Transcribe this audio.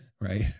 Right